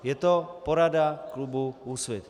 Je to porada klubu Úsvit.